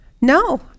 no